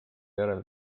järel